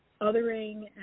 othering